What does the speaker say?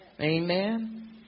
amen